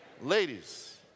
ladies